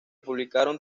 publicaron